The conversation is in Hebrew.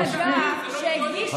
מתהדרת בחברי כנסת כמו איתמר בן גביר.